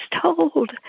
told